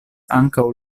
ankaŭ